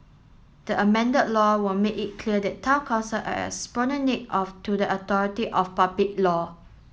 the amended law will make it clear that Town Council are of to the authority of public law